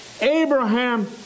Abraham